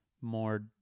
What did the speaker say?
more